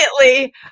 immediately